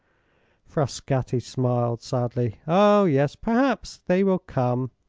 frascatti smiled sadly. oh, yes perhaps they will come.